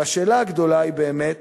השאלה הגדולה היא באמת